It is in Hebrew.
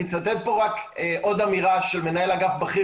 אני אצטט פה רק עוד אמירה של מנהל אגף בכיר,